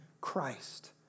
Christ